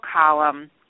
column